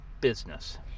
business